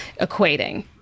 equating